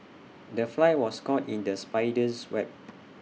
the fly was caught in the spider's web